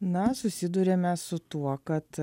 na susiduriame su tuo kad